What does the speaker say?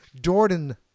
Jordan